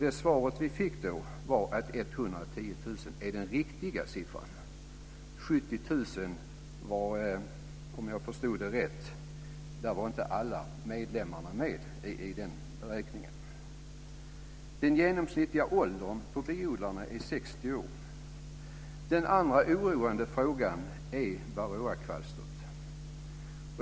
Det svar vi fick var att 110 000 är den riktiga siffran. 70 000 innebar, om jag förstod rätt, att alla medlemmarna inte var med i den beräkningen. Den genomsnittliga åldern på biodlarna är 60 år. Den andra oroande frågan är varroakvalstret.